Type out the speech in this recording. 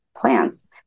plants